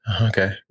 Okay